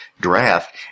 draft